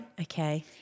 okay